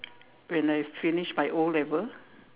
when I finish my O-level